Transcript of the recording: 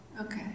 okay